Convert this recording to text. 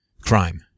crime